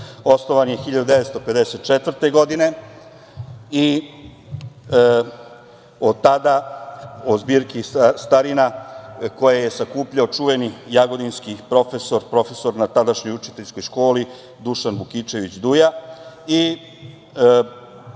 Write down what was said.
Osnovan je 1954. godine i od tada o zbirki starina koje je sakupljao čuveni jagodinski profesor u tadašnjoj učiteljskoj školi Dušan Vukičević Duja